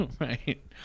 Right